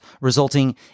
resulting